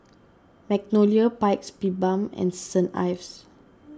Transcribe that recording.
Magnolia Paik's Bibim and Saint Ives